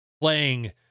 playing